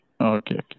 Okay